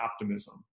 optimism